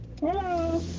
Hello